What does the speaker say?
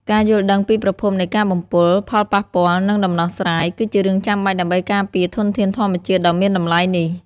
ការយល់ដឹងពីប្រភពនៃការបំពុល ផលប៉ះពាល់ និងដំណោះស្រាយ គឺជារឿងចាំបាច់ដើម្បីការពារធនធានធម្មជាតិដ៏មានតម្លៃនេះ។